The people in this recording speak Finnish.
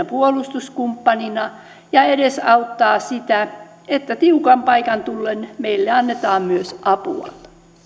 puolustuskumppanina ja edesauttaa sitä että tiukan paikan tullen meille annetaan myös apua